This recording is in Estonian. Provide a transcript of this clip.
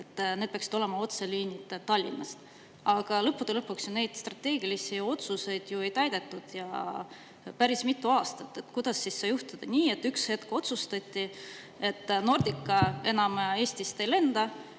et peaksid olema otseliinid Tallinnast. Aga lõppude lõpuks neid strateegilisi otsuseid ju ei täidetud päris mitu aastat. Kuidas sai juhtuda nii, et üks hetk otsustati, et Nordica enam Eestist ei lenda,